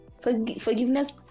Forgiveness